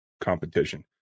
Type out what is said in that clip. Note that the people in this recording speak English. competition